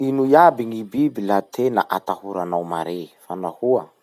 Ino iaby gny biby la tena atahoranao mare? Fa nahoa?